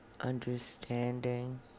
understanding